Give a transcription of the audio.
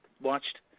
watched